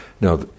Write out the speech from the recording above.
Now